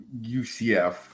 UCF